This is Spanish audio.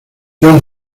joan